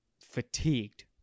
fatigued